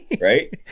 right